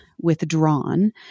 withdrawn